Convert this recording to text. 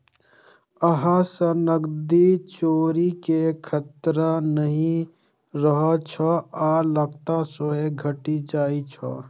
अय सं नकदीक चोरी के खतरा नहि रहै छै आ लागत सेहो घटि जाइ छै